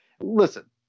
listen